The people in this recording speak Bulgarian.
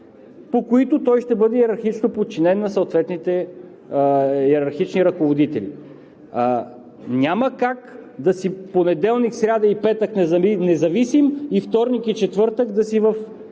по които той ще бъде йерархично подчинен на съответните йерархични ръководители. Няма как да си в понеделник, сряда и петък независим, а вторник и четвъртък да си в